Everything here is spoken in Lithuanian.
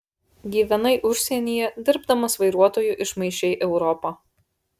gyvenai užsienyje dirbdamas vairuotoju išmaišei europą